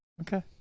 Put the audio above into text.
Okay